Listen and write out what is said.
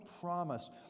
promise